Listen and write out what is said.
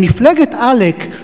אבל מפלגת על"ק,